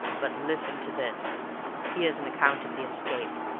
but listen to this here's an account of the escape,